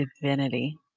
divinity